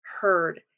heard